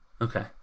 Okay